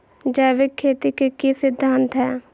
जैविक खेती के की सिद्धांत हैय?